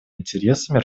интересами